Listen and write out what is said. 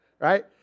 right